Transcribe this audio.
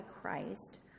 Christ